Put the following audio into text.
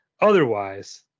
Otherwise